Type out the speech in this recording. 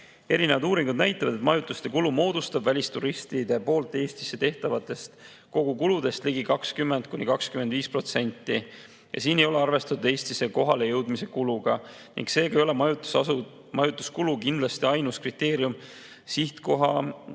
Erinevad uuringud näitavad, et majutuskulu moodustab välisturistide Eestis tehtavatest kogukuludest ligi 20–25%. Selle puhul ei ole arvestatud Eestisse kohalejõudmise kuluga. Seega ei ole majutuskulu kindlasti ainus kriteerium sihtkoha